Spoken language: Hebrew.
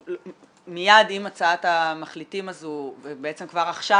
מייד עם הצעת המחליטים הזו ובעצם כבר עכשיו